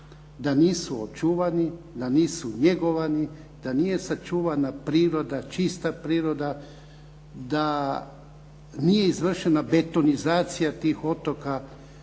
da nisu očuvani, da nisu njegovani, da nije sačuvana priroda, čista priroda, da nije izvršena betonizacija tih otoka,